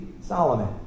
Solomon